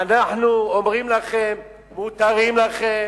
אנחנו אומרים לכם, מותרים לכם,